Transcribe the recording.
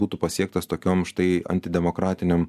būtų pasiektas tokiom štai antidemokratinėm